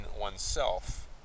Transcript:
oneself